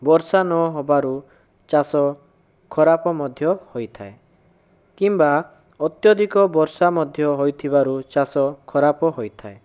ବର୍ଷା ନ ହେବାରୁ ଚାଷ ଖରାପ ମଧ୍ୟ ହୋଇଥାଏ କିମ୍ବା ଅତ୍ୟଧିକ ବର୍ଷା ମଧ୍ୟ ହୋଇଥିବାରୁ ଚାଷ ଖରାପ ହୋଇଥାଏ